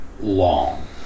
Long